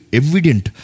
evident